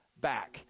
back